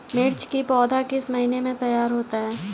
मिर्च की पौधा किस महीने में तैयार होता है?